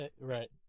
Right